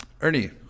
Ernie